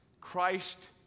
Christ